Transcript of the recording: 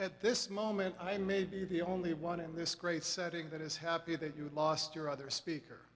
at this moment i may be the only one in this great setting that is happy that you lost your other speaker